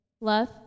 love